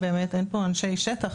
אין פה אנשי שטח,